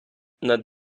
над